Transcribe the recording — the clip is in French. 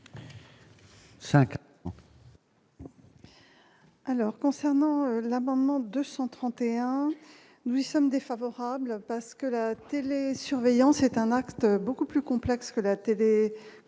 concernant l'amendement 231 nous y sommes défavorables, parce que la télé-surveillance est un acte. Beaucoup plus complexe que la TV consultation